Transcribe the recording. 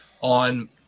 on